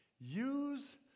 Use